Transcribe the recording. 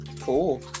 Cool